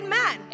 man